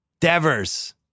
Devers